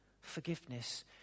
forgiveness